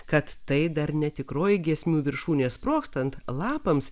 kad tai dar ne tikroji giesmių viršūnė sprogstant lapams